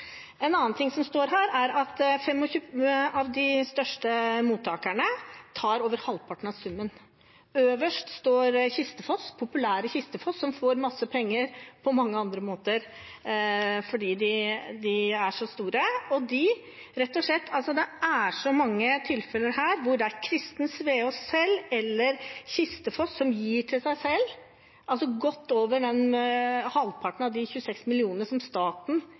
En annen ting som står her, er at 25 av de største mottakerne tar over halvparten av summen. Øverst står populære Kistefos, som får mye penger på mange andre måter fordi de er så store. Det er altså så mange tilfeller her hvor det er Christen Sveaas selv, eller Kistefos, som gir til seg selv. Godt over halvparten av de 26 mill. kr som staten